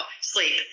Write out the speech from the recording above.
sleep